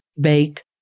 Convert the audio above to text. bake